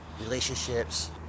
relationships